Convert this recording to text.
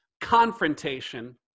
confrontation